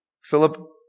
Philip